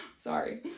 Sorry